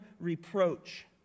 reproach